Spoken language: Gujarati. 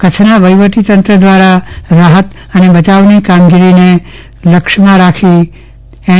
કચ્છના વફીવટતંત્ર દ્રારા રાહત અને બયાવની કામગીરીને લક્ષમાં રાખી અને એન